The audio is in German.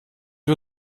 wir